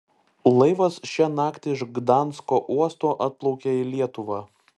laivas šią naktį iš gdansko uosto atplaukė į lietuvą